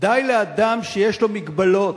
די לאדם שיש לו מגבלות,